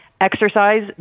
exercise